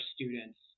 students